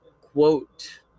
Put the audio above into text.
quote